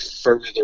further